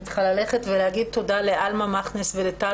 צריכה ללכת ולהגיד תודה לאלמה קז וטל,